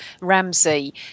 Ramsey